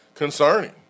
concerning